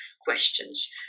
questions